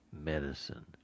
medicine